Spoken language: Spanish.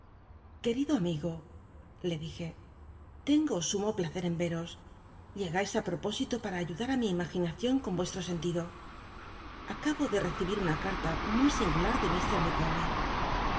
quel'ido amigo le dije tengo sumo placer en veros llegais i popó ilo pam ayudar í mi illlaginacion con ue llo sentido acabo de recibir una cata muy singular de